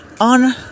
on